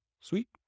Sweet